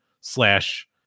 slash